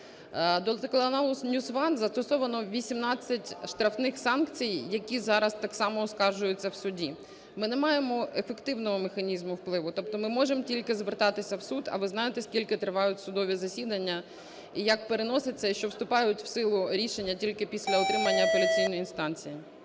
До телеканалу NewsOne застосовано 18 штрафних санкцій, які зараз так само оскаржуються у суді. Ми не маємо ефективного механізму впливу, тобто ми можемо тільки звертатися в суд, а ви знаєте, скільки тривають судові засідання і як переносяться, і що вступають в силу рішення тільки після отримання апеляційної інстанції.